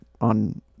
on